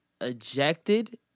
ejected